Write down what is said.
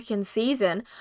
season